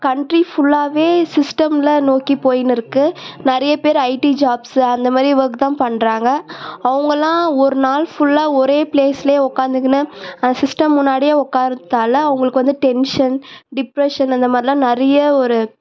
country ஃபுல்லாகவே சிஸ்டம்ல நோக்கி போய்ன்னு இருக்குது நிறைய பேர் ஐடி ஜாப்ஸு அந்தமாதிரி ஒர்க் தான் பண்ணுறாங்க அவங்களாம் ஒரு நாள் ஃபுல்லாக ஒரே ப்ளேஸ்லேயே உட்காந்துக்கின்னு அந்த சிஸ்டம் முன்னாடியே உட்கார்றதால அவங்களுக்கு வந்து டென்ஷன் டிப்ரஷன் இந்தமாரிலாம் நிறைய ஒரு